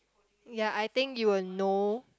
yea I think you will know